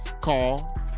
call